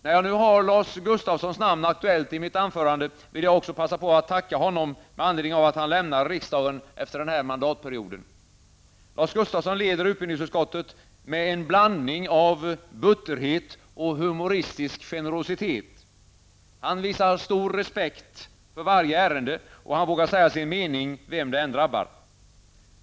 När jag nu har Lars Gustafssons namn aktuellt i mitt anförande, vill jag också passa på att tacka honom med anledning av att han lämnar riksdagen efter denna mandatperiod. Lars Gustafsson leder utbildningsutskottet med en blandning av butterhet och humoristisk generositet. Han visar stor respekt för varje ärende och han vågar säga sin mening, vem det än drabbar.